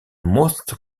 most